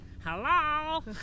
Hello